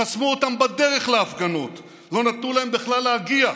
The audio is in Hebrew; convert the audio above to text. חסמו אותם בדרך להפגנות, לא נתנו להם בכלל להגיע.